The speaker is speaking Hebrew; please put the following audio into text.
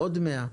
עוד 100 מיליון,